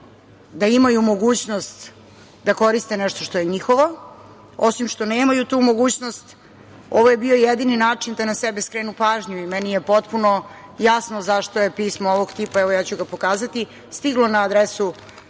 da imaju mogućnost da koriste nešto što je njihovo. Osim što nemaju tu mogućnost, ovo je bio jedini način da na sebe skrenu pažnju. Meni je potpuno jasno zašto je pismo ovog tipa, ja ću ga pokazati, stiglo n a adresu